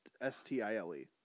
S-T-I-L-E